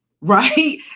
right